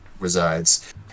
resides